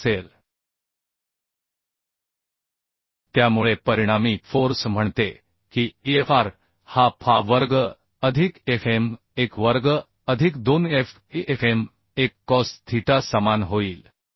232 असेल त्यामुळे परिणामी फोर्स म्हणते की Fr हा fa वर्ग अधिक Fm1 वर्ग अधिक 2 FaFm1 कॉस थीटा समान होईल